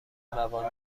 موانع